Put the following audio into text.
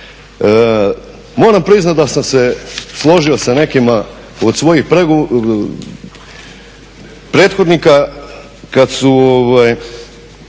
Moram priznati da sam se složio sa nekima od svojih prethodnika kada su